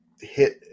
hit